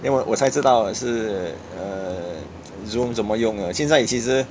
then 我我才知道是 err zoom 怎么用的现在其实